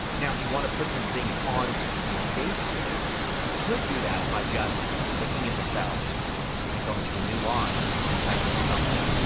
now if you want to put some things on specific dates here you could do that by just clicking in the cell and then going to a new line and typing something.